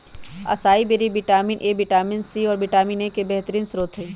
acai berry vitamin A, vitamin C, और vitamin E के बेहतरीन स्त्रोत हई